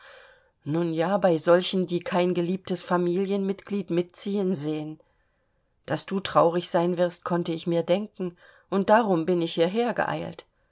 nun ja bei solchen die kein geliebtes familienglied mitziehen sehen daß du traurig sein wirst konnte ich mir denken und darum bin ich hierher geeilt